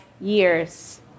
years